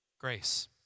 Grace